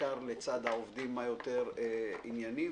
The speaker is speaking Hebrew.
בעיקר לצד העובדים כמה שיותר עניינים.